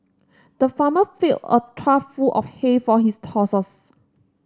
the farmer filled a trough full of hay for his horses